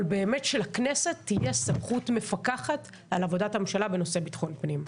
אבל באמת שלכנסת תהיה סמכות מפקחת על עבודת הממשלה בנושא ביטחון פנים.